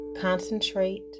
Concentrate